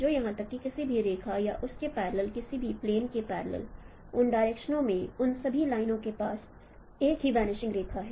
तो यहां तक कि किसी भी रेखा या उसके पैरलेल किसी भी प्लेन के पैरलेल उन डायरेक्शनों में उन सभी लाइनों के पास एक ही वनिशिंग रेखा है